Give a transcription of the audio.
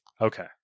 Okay